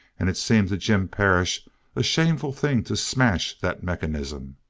and it seemed to jim perris a shameful thing to smash that mechanism.